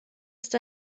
ist